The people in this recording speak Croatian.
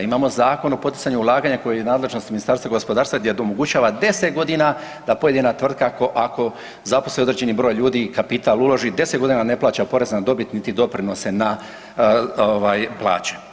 Imamo Zakon o poticanju ulaganja koji je u nadležnosti Ministarstva gospodara gdje omogućava 10 godina da pojedina tvrtka ako zaposli određeni broj ljudi i kapital uloži 10 godina ne plaća porez na dobit niti doprinose na ovaj plaće.